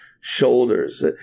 shoulders